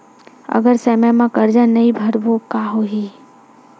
अगर समय मा कर्जा नहीं भरबों का होई?